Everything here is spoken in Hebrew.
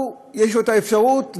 יש לו אפשרות,